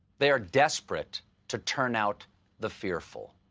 they are desperate to turn out the fearful.